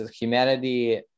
humanity